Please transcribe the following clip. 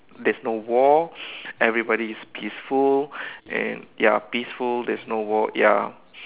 there's no war everybody's peaceful and ya peaceful there's no war ya